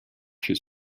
his